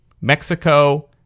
Mexico